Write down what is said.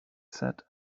said